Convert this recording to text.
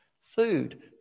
food